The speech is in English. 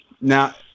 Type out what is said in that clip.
Now